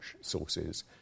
sources